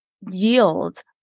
yield